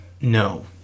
no